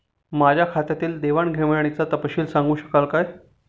माझ्या खात्यातील देवाणघेवाणीचा तपशील सांगू शकाल काय?